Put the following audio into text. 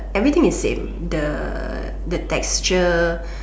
everything is same the the texture